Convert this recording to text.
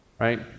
right